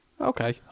Okay